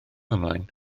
ymlaen